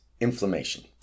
inflammation